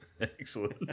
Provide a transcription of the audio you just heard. Excellent